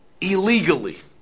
illegally